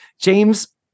James